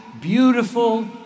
beautiful